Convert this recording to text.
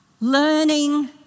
learning